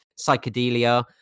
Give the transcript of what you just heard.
psychedelia